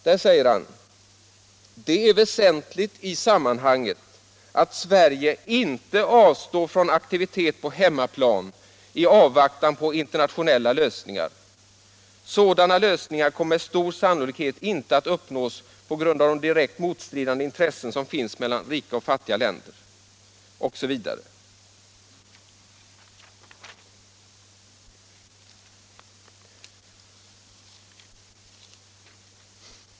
Där säger han: ”Det är väsentligt i det sammanhanget att Sverige inte avstår från aktivitet på hemmaplan i avvaktan på internationella lösningar. Sådana "lösningar kommer med stor sannolikhet inte att uppnås på grund av de direkt motstridiga intressen som finns mellan rika och fattiga länder”, osv.